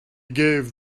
gave